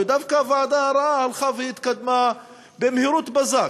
ודווקא הוועדה הרעה התקדמה במהירות הבזק,